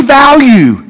value